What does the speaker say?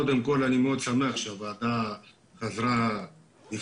קודם כול אני מאוד שמח שהוועדה חזרה לפעול,